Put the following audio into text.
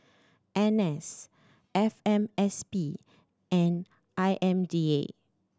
N S F M S P and I M D A